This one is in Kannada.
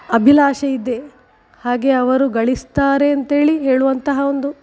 ಅಭಿಲಾಷೆ ಇದೆ ಹಾಗೆ ಅವರು ಗಳಿಸ್ತಾರೆ ಅಂತ್ಹೇಳಿ ಹೇಳುವಂತಹ ಒಂದು